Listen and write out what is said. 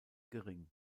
gering